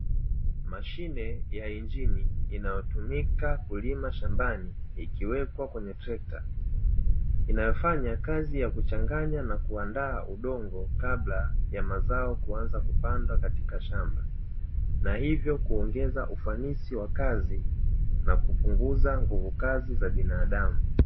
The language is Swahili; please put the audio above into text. Mashine ya injini inayotumika kulima shambani ikiwekwa kwenye trekta, Inafanya kazi ya kuchanganya na kuandaa udongo Kabla ya mazao kuanza kupandwa katika shamba. Na ivyo kuongeza ufanisi wa kazi na kupunguza nguvu kazi za binadamu.